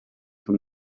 from